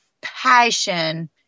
passion